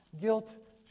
Guilt